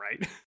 right